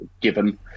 given